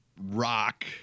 rock